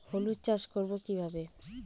হলুদ চাষ করব কিভাবে?